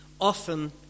often